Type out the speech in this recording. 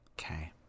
Okay